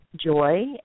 joy